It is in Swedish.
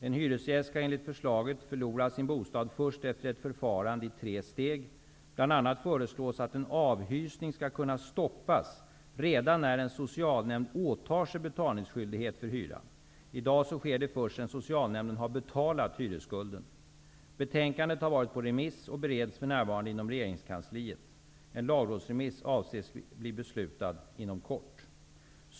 En hyresgäst skall enligt förslaget förlora sin bostad först efter ett förfarande i tre steg. Bl.a. föreslås att en avhysning skall kunna stoppas redan när en socialnämnd åtar sig betalningsskyldighet för hyran. I dag sker det först sedan socialnämnden har betalat hyresskulden. Betänkandet har varit på remiss och bereds för närvarande inom regeringskansliet. En lagrådsremiss avses bli beslutad inom kort.